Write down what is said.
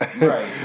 right